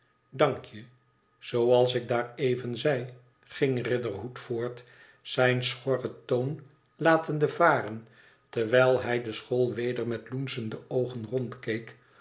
weet sdankje zooals ik daar even zei ging riderhood voort zijn schorren toon latende varen terwijl hij de school weder met loensche oogen rondkeek